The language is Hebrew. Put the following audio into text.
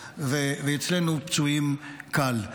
ואצלנו היו פצועים קל,